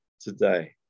today